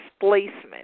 displacement